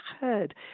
heard